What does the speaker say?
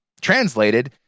Translated